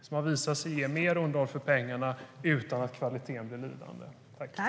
Det har visat sig ge mer underhåll för pengarna utan att kvaliteten blir lidande.